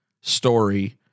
story